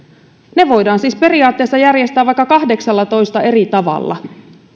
ne voidaan siis periaatteessa järjestää vaikka kahdeksallatoista eri tavalla